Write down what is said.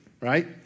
right